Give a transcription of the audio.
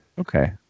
Okay